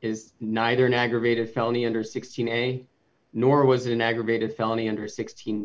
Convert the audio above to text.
is neither an aggravated felony under sixteen a nor was it an aggravated felony under sixteen